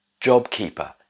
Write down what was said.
JobKeeper